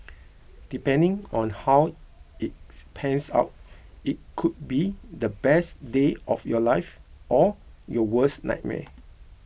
depending on how it pans out it could be the best day of your life or your worst nightmare